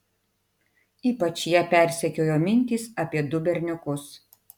ypač ją persekiojo mintys apie du berniukus